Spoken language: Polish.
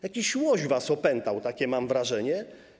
Jakiś łoś was opętał, takie mam wrażenie.